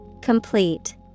Complete